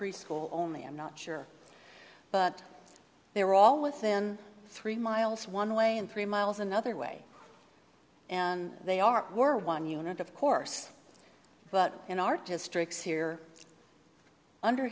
preschool only i'm not sure but they were all within three miles one way and three miles another way and they are more one unit of course but in our districts here under